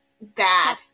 bad